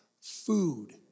food